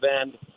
end